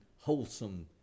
wholesome